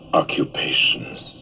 occupations